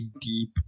deep